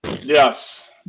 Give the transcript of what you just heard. Yes